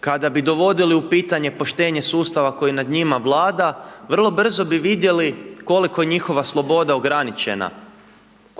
kada bi dovodili u pitanje poštenje sustava koji nad njima vlada vrlo brzo bi vidjeli koliko je njihova sloboda ograničena,